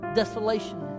desolation